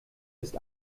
ist